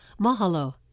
Mahalo